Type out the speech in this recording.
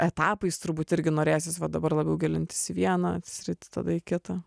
etapais turbūt irgi norėsis va dabar labiau gilintis į vieną sritį tada į kitą